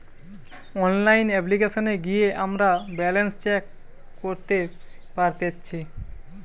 online অপ্লিকেশনে গিয়ে আমরা ব্যালান্স চেক করতে পারতেচ্ছি